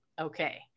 okay